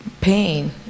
pain